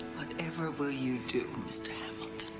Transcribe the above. whatever will you do, mr. hamilton?